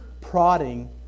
prodding